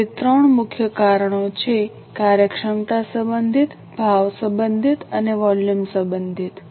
તેથી 3 મુખ્ય કારણો છે કાર્યક્ષમતા સંબંધિત ભાવ સંબંધિત અને વોલ્યુમ સંબંધિત